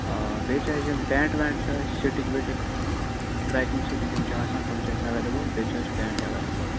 آ بیٚیہِ چھِ اَسہِ یِم ٹیٚنٛٹ ویٚنٛٹ چھِ اَسہِ سِٹِک وِٹِک ٹرٛیکِنٛگ سِٹِک یِم چھِ آسان تِم چھِ اَسہِ ایٚویلیبُل بیٚیہِ چھِ ٹیٚنٛٹ ایٚویلیبُل